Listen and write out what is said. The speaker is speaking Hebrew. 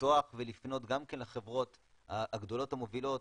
ולפתוח ולפנות גם כן לחברות הגדולות והמובילות,